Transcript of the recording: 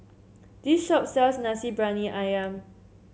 this shop sells Nasi Briyani ayam